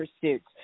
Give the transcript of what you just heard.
pursuits